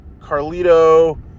Carlito